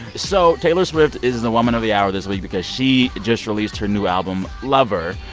so taylor swift is the woman of the hour this week because she just released her new album, lover.